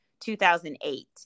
2008